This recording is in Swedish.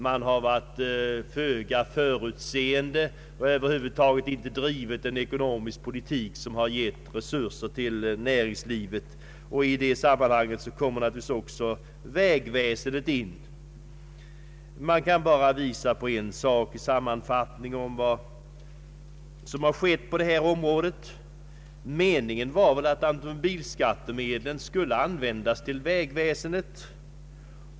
Man har varit föga förutseende och över huvud taget inte drivit en ekonomisk politik som gett resurser till näringslivet. I det sammanhanget kommer naturligtvis också vägväsendet in. Som en sammanfattning av vad som har skett på detta område skall jag visa på en sak. Meningen var väl att automobilskattemedlen skulle användas till vägväsendet.